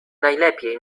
najlepiej